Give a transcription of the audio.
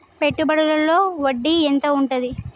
పెట్టుబడుల లో వడ్డీ ఎంత ఉంటది?